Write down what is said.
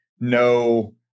No